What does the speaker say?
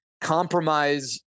compromise